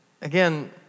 Again